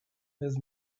his